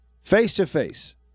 Face-to-face